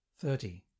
thirty